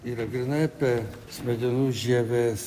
yra grynai apie smegenų žievės